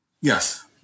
Yes